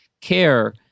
care